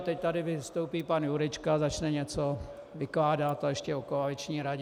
Teď tady vystoupí pan Jurečka a začne něco vykládat, a ještě o koaliční radě.